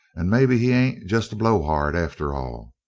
and maybe he ain't just a blow-hard, after all.